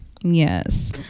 yes